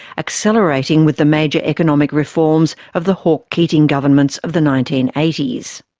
accelerating with the major economic reforms of the hawke keating governments of the nineteen eighty s.